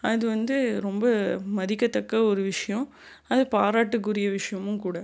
அது வந்து ரொம்ப மதிக்கத்தக்க ஒரு விஷயம் அது பாராட்டுக்குரிய விஷயமும் கூட